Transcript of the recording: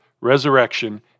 resurrection